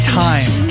time